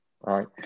right